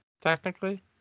Technically